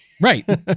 Right